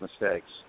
mistakes